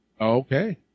Okay